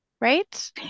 right